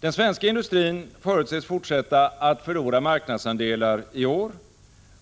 Den svenska industrin förutses fortsätta att förlora marknadsandelar i år,